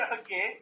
Okay